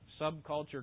subculture